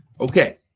Okay